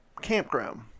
campground